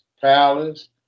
Palace